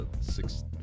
Six